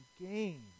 gain